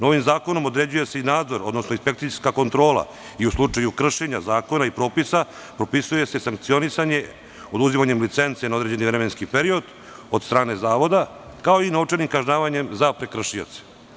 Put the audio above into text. Novim zakonom određuje se i nadzor, odnosno inspekcijska kontrola i u slučaju kršenja zakona i propisa propisuje se sankcionisanje oduzimanjem licencena određeni vremenski period od strane zavoda, kao i novčanim kažnjavanjem za prekršioce.